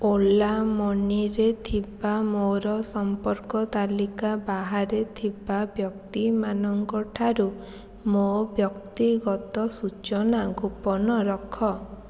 ଓଲା ମନିରେ ଥିବା ମୋର ସମ୍ପର୍କ ତାଲିକା ବାହାରେ ଥିବା ବ୍ୟକ୍ତିମାନଙ୍କ ଠାରୁ ମୋ ବ୍ୟକ୍ତିଗତ ସୂଚନା ଗୋପନ ରଖ